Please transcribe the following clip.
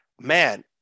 man